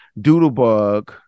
Doodlebug